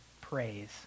praise